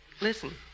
Listen